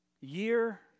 year